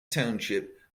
township